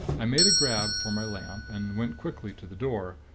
i made a grab for my lamp, and went quickly to the door,